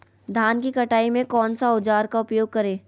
धान की कटाई में कौन सा औजार का उपयोग करे?